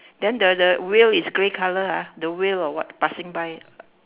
then the the whale is grey colour ah the whale or what passing by